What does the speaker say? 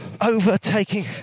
overtaking